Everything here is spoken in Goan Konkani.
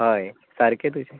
हय सारकें तुजें